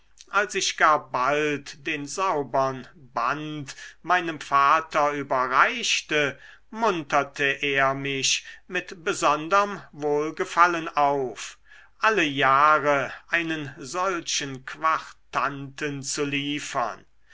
als ich gar bald den saubern band meinem vater überreichte munterte er mich mit besonderm wohlgefallen auf alle jahre einen solchen quartanten zu liefern